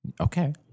Okay